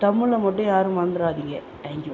தமிழில் மட்டும் யாரும் மறந்துறாதீங்க தேங்க் யூ